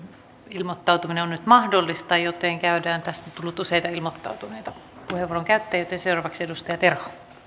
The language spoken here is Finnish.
ilmoittautuminen on nyt mahdollista joten käydään se tässä on tullut useita ilmoittautuneita puheenvuoron käyttäjiä joten seuraavaksi edustaja terho